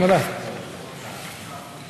אני רוצה לברך בשם הכנסת